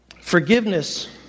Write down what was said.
Forgiveness